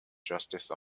justice